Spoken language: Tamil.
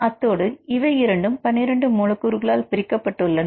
அத்தோடு இவை இரண்டும் 12 மூலக்கூறுகளால் பிரிக்கப்பட்டுள்ளன